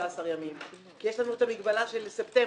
ימים כי יש לנו את המגבלה של ספטמבר,